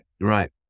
right